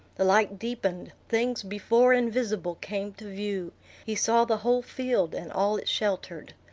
the light deepened things before invisible came to view he saw the whole field, and all it sheltered.